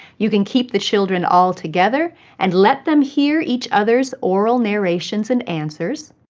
you can keep the children all together and let them hear each others' oral narrations and answers.